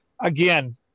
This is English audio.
again